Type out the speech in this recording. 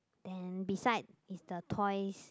then beside is the toys